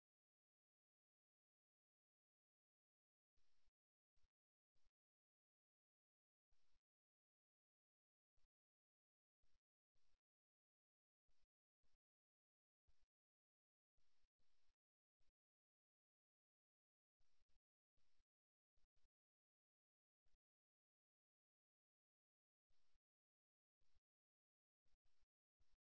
ஓரிரு உதாரணங்களை தருகிறேன் உதாரணமாக நீங்கள் ஒரு சக ஊழியருடன் பேசுகிறீர்கள் என்றால் அதன் மேல் உடல் உங்களை நோக்கி எதிர்கொள்ளப்படுகிறது ஆனால் அதன் கால்களும் பாதங்களும் கதவை நோக்கி ஒரு கோணத்தை திருப்பியுள்ளன உரையாடல் அவரது கால்களுக்கு மேல் இருப்பதை உணர்ந்து கொள்ளுங்கள் அவள் வெளியேற விரும்புகிறாள் என்று சொல்கிறாள்